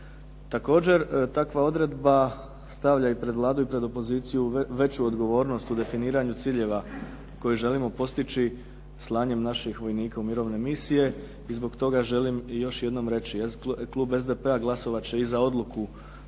Također takva odredba stavlja i pred Vladu i pred opoziciju veću odgovornost u definiranju ciljeva koje želimo postići slanjem naših vojnika u mirovne misije. I zbog toga želim još jednom reći, klub SDP-a glasovat će i za odluku